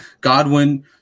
Godwin